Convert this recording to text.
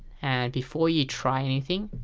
and before you try anything,